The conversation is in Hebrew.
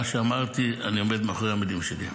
מה שאמרתי אני עומד מאחורי המילים שלי.